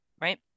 right